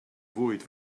fwyd